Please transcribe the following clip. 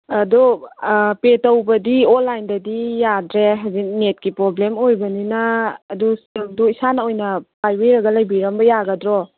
ꯑꯗꯣ ꯄꯦ ꯇꯧꯕꯗꯤ ꯑꯣꯟꯂꯥꯏꯟꯗꯗꯤ ꯌꯥꯗ꯭ꯔꯦ ꯍꯧꯖꯤꯛ ꯅꯦꯠꯀꯤ ꯄ꯭ꯔꯣꯕ꯭ꯂꯦꯝ ꯑꯣꯏꯕꯅꯤꯅ ꯑꯗꯣ ꯄꯩꯁꯥꯗꯣ ꯏꯁꯥꯅ ꯑꯣꯏꯅ ꯄꯥꯏꯕꯤꯔꯝꯃꯒ ꯂꯩꯕꯤꯔꯝꯕ ꯌꯥꯒꯗ꯭ꯔꯣ